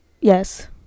Yes